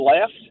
left